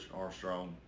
Armstrong